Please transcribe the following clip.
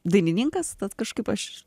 dainininkas tad kažkaip aš